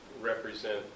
represent